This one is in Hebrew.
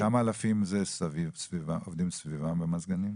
כמה אלפים עובדים סביבם במזגנים?